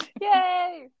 Yay